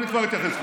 אני כבר אתייחס לזה,